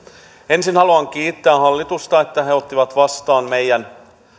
ensin haluan kiittää hallitusta että he he ottivat vastaan meidän